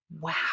wow